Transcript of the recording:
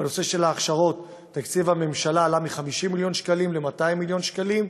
בנושא ההכשרה תקציב הממשלה עלה מ-50 מיליון שקלים ל-200 מיליון שקלים,